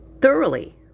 Thoroughly